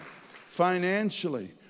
Financially